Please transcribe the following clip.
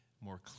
more